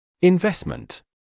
Investment